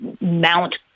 mount